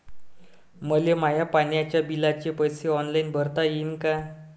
मले माया पाण्याच्या बिलाचे पैसे ऑनलाईन भरता येईन का?